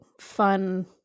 fun